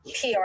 PR